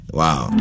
wow